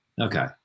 Okay